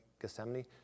Gethsemane